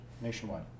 nationwide